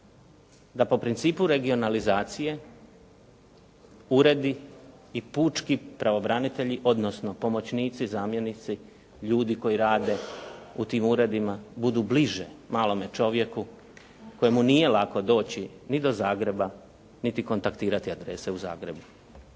Da po principu regionalizacije uredi i pučki pravobranitelji, odnosno pomoćnici, zamjenici, ljudi koji rade u tim uredima budu bliže malome čovjeku kojemu nije lako doći ni do Zagreba, niti kontaktirati adrese u Zagrebu.